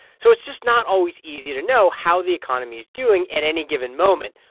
so it's just not always easy to know how the economy's doing at any given moment,